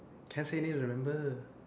can't say names remember